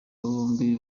bombi